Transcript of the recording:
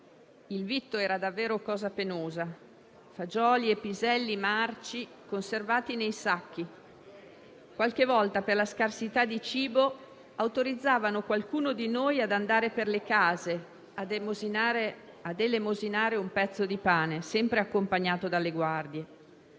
il vitto era davvero cosa penosa: si trattava di fagioli e piselli marci che conservavano nei sacchi. Qualche volta, tenuto conto della scarsità di cibo, autorizzavano qualcuno di noi ad andare per le case ad elemosinare un pezzo di pane, sempre accompagnato dalle guardie.